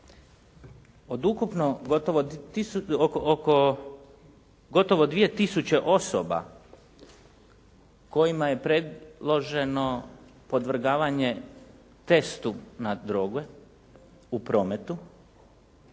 od ukupno oko gotovo 2000 osoba kojima je predloženo podvrgavanje testu na droge u prometu,